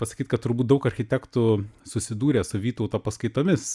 pasakyt kad turbūt daug architektų susidūrė su vytauto paskaitomis